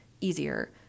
easier